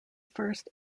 first